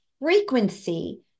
frequency